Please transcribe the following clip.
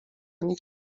nich